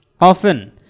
Often